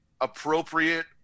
appropriate